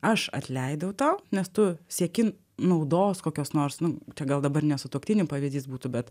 aš atleidau tau nes tu sieki naudos kokios nors nu čia gal dabar ne sutuoktinių pavyzdys būtų bet